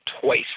twice